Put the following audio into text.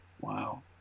wow